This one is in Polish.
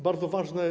Bardzo ważne.